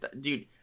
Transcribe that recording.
dude